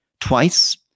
twice